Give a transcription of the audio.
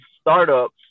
startups